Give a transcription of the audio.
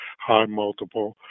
high-multiple